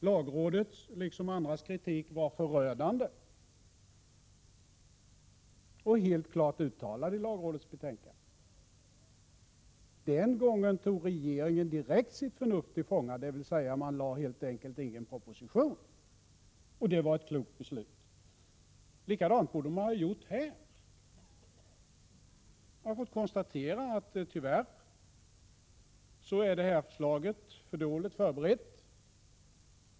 Lagrådets och andras kritik var förödande, och kritiken var klart uttalad i lagrådets yttrande. Den gången tog regeringen direkt sitt förnuft till fånga, dvs. man lade helt enkelt inte fram någon proposition, och det var ett klokt beslut. Likadant borde man ha gjort här. Man får konstatera att förslaget tyvärr är för dåligt förberett.